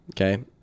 Okay